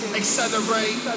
accelerate